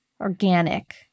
organic